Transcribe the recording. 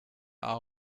are